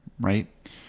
right